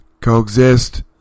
Coexist